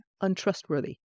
untrustworthy